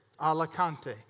Alicante